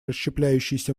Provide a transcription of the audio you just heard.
расщепляющийся